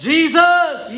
Jesus